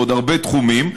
ועוד הרבה תחומים,